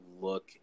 look